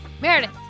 Meredith